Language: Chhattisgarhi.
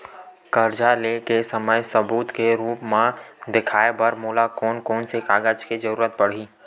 कर्जा ले के समय सबूत के रूप मा देखाय बर मोला कोन कोन से कागज के जरुरत पड़ही?